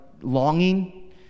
longing